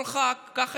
כל חבר כנסת,